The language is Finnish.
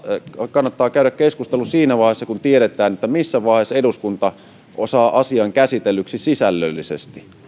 kannattaa käydä keskustelu siinä vaiheessa kun tiedetään missä vaiheessa eduskunta saa asian käsitellyksi sisällöllisesti